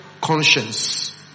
conscience